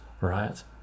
right